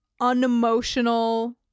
unemotional